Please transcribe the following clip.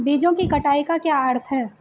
बीजों की कटाई का क्या अर्थ है?